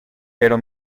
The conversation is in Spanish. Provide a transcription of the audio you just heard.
pero